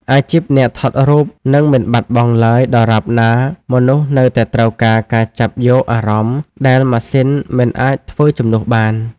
អាជីពអ្នកថតរូបនឹងមិនបាត់បង់ឡើយ ដរាបណាមនុស្សនៅតែត្រូវការការចាប់យកអារម្មណ៍ដែលម៉ាស៊ីនមិនអាចធ្វើជំនួសបាន។